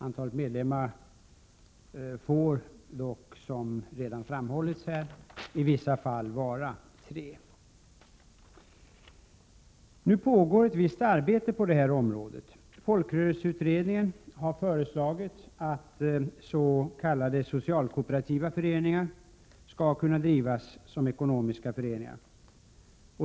Antalet medlemmar får dock, som redan har framhållits här, i vissa fall vara tre. Nu pågår ett visst arbete på detta område. Folkrörelseutredningen har föreslagit att s.k. socialkooperativa föreningar skall kunna drivas som ekonomiska föreningar.